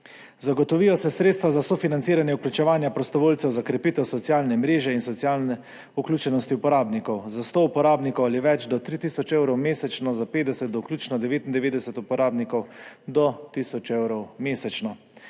Zagotovijo se sredstva za sofinanciranje vključevanja prostovoljcev za krepitev socialne mreže in socialne vključenosti uporabnikov, za sto uporabnikov ali več do 3 tisoč 000 evrov mesečno, za 50 do vključno 99 uporabnikov do tisoč evrov mesečno.